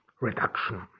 reduction